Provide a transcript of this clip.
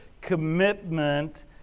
commitment